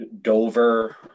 Dover